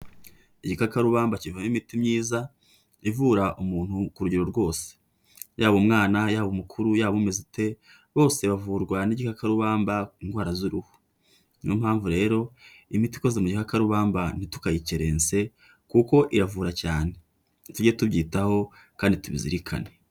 Igikakarubamba kivamo imiti myiza ivura umuntu ku rugero rwose. Yaba umwana, yaba umukuru, yaba umeze ute, bose bavurwa n'igikakarubamba indwara z'uruhu. Niyo mpamvu rero, imiti ikoze mu gikakarubamba ntitukayikerense kuko iravura cyane. Tujye tubyitaho kandi tubizirikane.